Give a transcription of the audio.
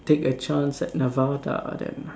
take a chance at nirvana then